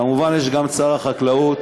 כמובן יש גם שר החקלאות,